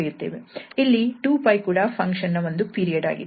ಇಲ್ಲಿ 2𝜋 ಕೂಡ ಫಂಕ್ಷನ್ ನ ಒಂದು ಪೀರಿಯಡ್ ಆಗಿದೆ